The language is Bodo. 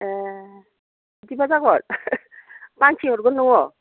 एह बिदिबा जागोन बाखि हरगोन नोङो